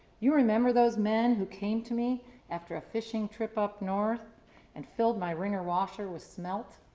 you remember those men who came to me after a fishing trip up north and filled my wringer washer with smelt?